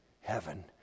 heaven